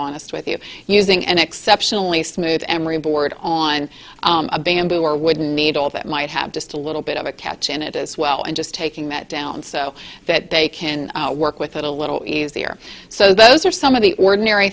honest with you using an exceptionally smooth emery board on a bamboo or would need all that might have just a little bit of a catch in it as well and just taking that down so that they can work with it a little easier so those are some of the ordinary